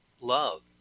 love